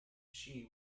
she